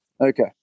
Okay